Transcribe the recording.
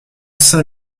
saint